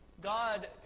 God